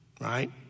right